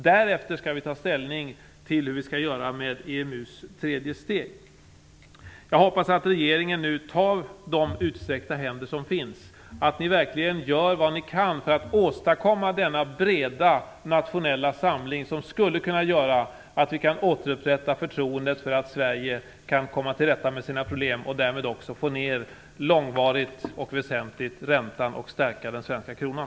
Därefter skall vi ta ställning till hur vi skall göra med EMU:s tredje steg. Jag hoppas att ni i regeringen nu tar de utsträckta händer som finns, att ni verkligen gör vad ni kan för att åstadkomma denna breda nationella samling, som skulle kunna göra att vi kan återupprätta förtroendet för att Sverige kan komma till rätta med sina problem och därmed också få ner, långvarigt och väsentligt, räntan och stärka den svenska kronan.